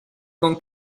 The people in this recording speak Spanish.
con